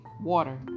water